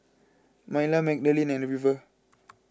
Myla Magdalene and River